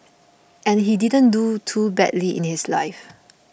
and he didn't do too badly in his life